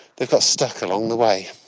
they've got stuck along the way.